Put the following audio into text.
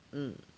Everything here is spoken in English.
um